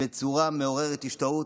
בצורה מעוררת השתאות.